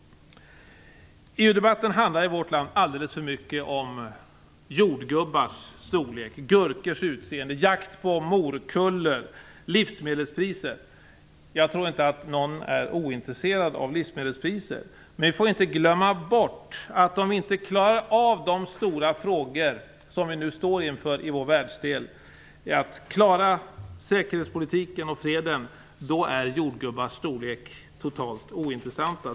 EU-debatten i vårt land handlar alldeles för mycket om jordgubbars storlek, gurkors utseende, jakt på morkullor och om livsmedelspriser. Jag tror inte att någon är ointresserad av livsmedelspriser. Men vi får inte glömma bort att om vi inte klarar av de stora frågor som vi nu står inför i vår världsdel, att klara säkerhetspolitiken och freden, då är frågan om jordgubbars storlek totalt ointressant.